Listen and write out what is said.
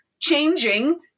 changing